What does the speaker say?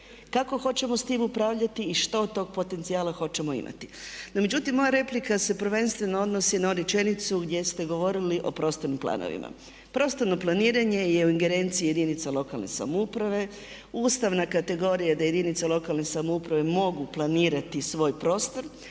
Kako hoćemo s tim upravljati i što od tog potencijala hoćemo imati. No međutim, moja replika se prvenstveno odnosi na rečenicu gdje ste govorili o prostornim planovima. Prostorno planiranje je u ingerenciji jedinica lokalne samouprave. Ustavna kategorija je da jedinice lokalne samouprave mogu planirati svoj prostor.